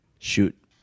Shoot